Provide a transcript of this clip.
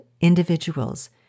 individuals